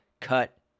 cut